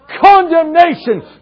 condemnation